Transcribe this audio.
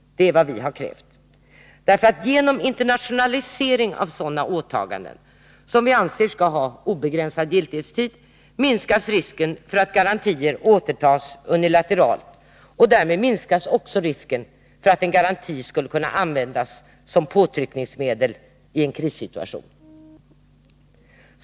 Det är vad vi har krävt. Genom internationalisering av sådana åtaganden, som vi anser skall ha obegränsad giltighetstid, minskas risken för att garantier återtas unilateralt, och därmed minskas också risken för att en garanti skulle kunna användas som påtryckningsmedel i en krissituation.